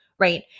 Right